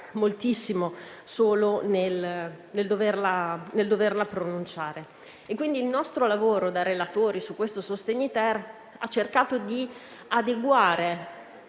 moltissimo solo nel doverla pronunciare. Il nostro lavoro da relatori sul decreto sostegni-*ter* ha cercato di adeguare